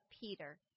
Peter